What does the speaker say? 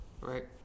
Right